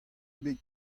ebet